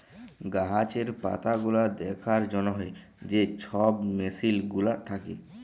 গাহাচের পাতাগুলা দ্যাখার জ্যনহে যে ছব মেসিল গুলা থ্যাকে